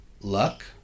luck